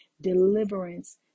deliverance